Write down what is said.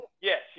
yes